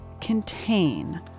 contain